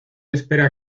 espera